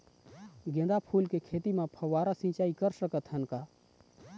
गेंदा फूल के खेती म फव्वारा सिचाई कर सकत हन का?